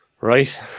Right